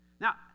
Now